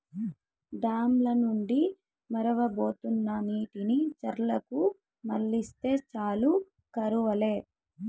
dam ల నుండి మొరవబోతున్న నీటిని చెర్లకు మల్లిస్తే చాలు కరువు లే